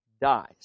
dies